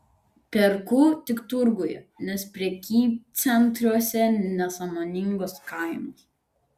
perku tik turguje nes prekybcentriuose nesąmoningos kainos